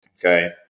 Okay